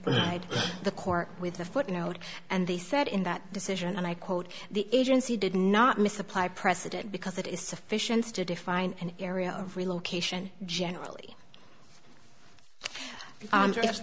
provide the court with a footnote and they said in that decision and i quote the agency did not misapply precedent because it is sufficient to define an area of relocation generally